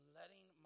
letting